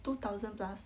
two thousand plus